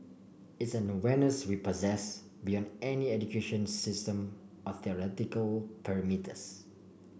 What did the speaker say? it's an awareness we possess beyond any education system or theoretical perimeters